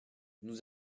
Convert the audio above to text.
nous